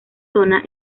zona